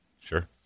Sure